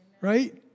Right